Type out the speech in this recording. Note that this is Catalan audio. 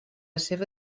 seva